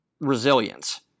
Resilience